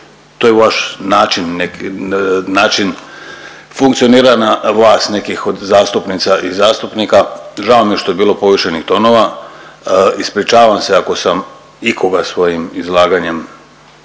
neki, način funkcioniranja vas nekih od zastupnica i zastupnika. Žao mi je što je bilo povišenih tonova. Ispričavam se ako sam ikoga svojim izlaganjem